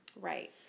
Right